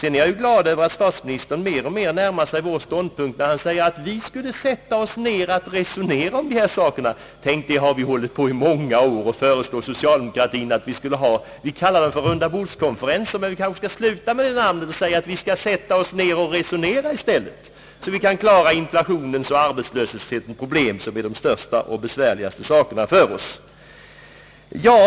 Jag är glad över att statsministern mer och mer har närmat sig vår ståndpunkt, när han säger att vi bör sätta oss ner och resonera om dessa saker. Tänk, vi har hållit på med att föreslå socialdemokraterna i många år att vi skulle ha vad vi kallade rundabordskonferenser. Vi skall kanske sluta upp med att använda det namnet och i stället säga att vi skall sätta oss ner och resonera så att vi kan lösa inflationens och arbetslöshetens problem, som är det största och besvärligaste för oss.